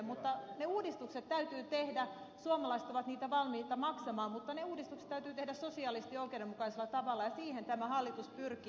mutta ne uudistukset täytyy tehdä suomalaiset ovat niistä valmiita maksamaan mutta ne uudistukset täytyy tehdä sosiaalisesti oikeudenmukaisella tavalla ja siihen tämä hallitus pyrkii